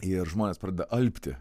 ir žmonės pradeda alpti